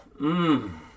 Mmm